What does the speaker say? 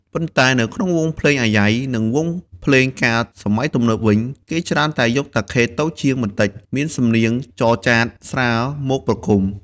ប៉ុន្តែនៅក្នុងវង់ភ្លេងអាយ៉ៃ និងវង់ភ្លេងការសម័យទំនើបវិញ គេច្រើនតែយកតាខេតូចជាងបន្តិច មានសំនៀងចរចាតស្រាលមកប្រគំ។